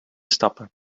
stappen